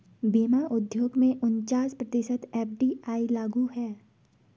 बीमा उद्योग में उनचास प्रतिशत एफ.डी.आई लागू है